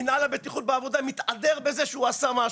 מנהל הבטיחות בעבודה מתהדר בזה שהוא עשה משהו,